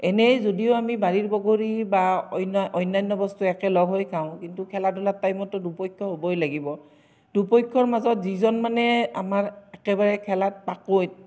এনেই যদিও আমি বাৰীৰ বগৰী বা অন্য় অন্য়ান্য় বস্তু একেলগ হৈ খাওঁ কিন্তু খেলা ধূলাত টাইমততো দুপক্ষ হ'বই লাগিব দুপক্ষৰ মাজত যিজন মানে আমাৰ একেবাৰে খেলাত পাকৈত